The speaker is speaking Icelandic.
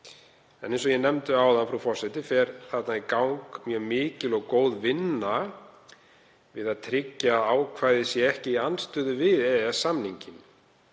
En eins og ég nefndi áðan, frú forseti, fer þarna í gang mjög mikil og góð vinna við að tryggja að ákvæðið sé ekki í andstöðu við EES-samninginn.